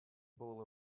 ball